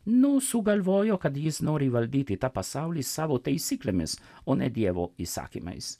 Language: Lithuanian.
nu sugalvojo kad jis nori valdyti tą pasaulį savo taisyklėmis o ne dievo įsakymais